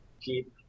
keep